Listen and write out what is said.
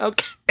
Okay